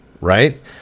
right